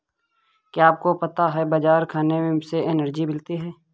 क्या आपको पता है बाजरा खाने से एनर्जी मिलती है?